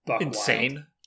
Insane